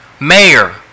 mayor